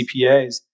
CPAs